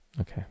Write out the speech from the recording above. okay